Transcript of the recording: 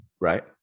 Right